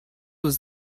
was